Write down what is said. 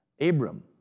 Abram